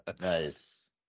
Nice